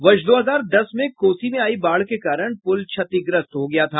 वर्ष दो हजार दस में कोसी में आयी बाढ़ के कारण पुल क्षतिग्रस्त हो गया था